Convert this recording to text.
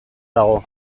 dago